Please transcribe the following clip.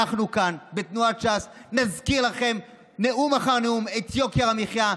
אנחנו כאן בתנועת ש"ס נזכיר לכם נאום אחר נאום את יוקר המחיה,